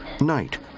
Night